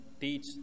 teach